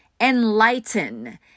Enlighten